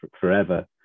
forever